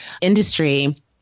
industry